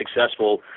successful